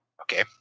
Okay